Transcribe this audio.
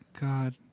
God